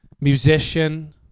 Musician